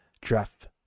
draft